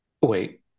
wait